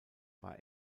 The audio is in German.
war